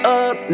up